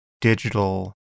digital